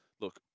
look